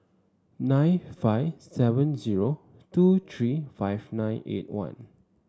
nine five seven zero two three five nine eight one